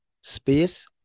space